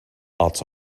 out